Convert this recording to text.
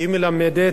היא מחברת